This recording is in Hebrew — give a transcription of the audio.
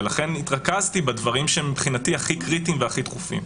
ולכן התרכזתי בדברים שמבחינתי הם הכי קריטיים והכי דחופים.